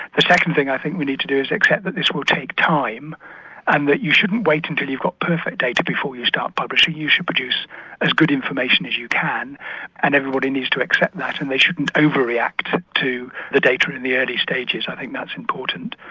the second thing i think we need to do is to accept that this will take time and that you shouldn't wait until you've got perfect data before you start publishing, you should produce good information as you can and everybody needs to accept that and they shouldn't over react to to the data in the early stages. i think that's important.